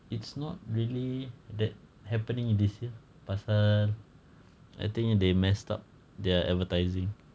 it's not really that happening in this year pasal I think they messed up their advertising